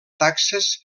taxes